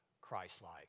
Christ-like